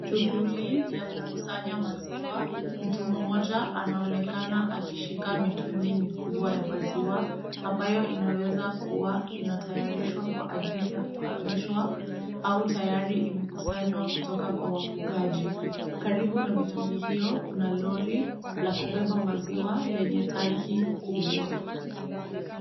Shughuli ya kukusanya maziwa, mtu mmoja anaonekana akishika mitungi mikubwa ya maziwa, ambayo inaweza kuwa inatayarishwa kwa ajili ya kuhamishwa au tayari imekusanywa kutoka kwa wafugaji. Karibu na mitungi hiyo kuna lori la kubeba maziwa lenye tanki kubwa.